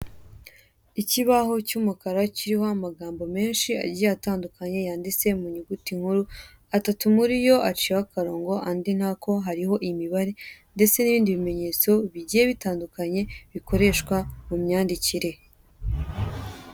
Ikibaho cy'umukara kiriho amagambo menshi agiye atandukanye yanditse mu nyuguti nkuru. Atatu muri yo aciyeyo akarongo, andi ntako. Hariho imibare ndetse n'ibindi bimenyetso bigiye bitandukanye, bikoreshwa mu myandikire.